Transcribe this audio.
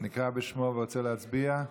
נקרא שמו ורוצה להצביע?